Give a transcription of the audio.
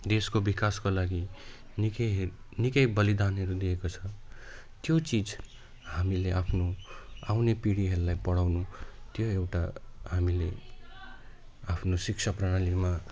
देशको विकासको लागि निकै हेर निकै बलिदानहरू दिएको छ त्यो चिज हामीले आफ्नो आउने पिँढीहरूलाई पढाउनु त्यो एउटा हामीले आफ्नो शिक्षा प्रणालीमा